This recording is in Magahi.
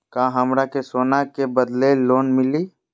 का हमरा के सोना के बदले लोन मिलि?